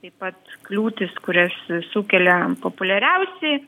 taip pat kliūtys kurias sukelia populiariausi